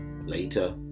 Later